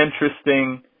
interesting